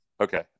Okay